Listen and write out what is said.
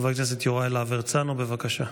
חבר הכנסת יוראי להב הרצנו, בבקשה.